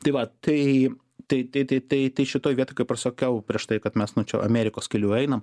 tai va tai tai tai tai tai tai šitoj vietoj kaip ir sakiau prieš tai kad mes nu čia amerikos keliu einam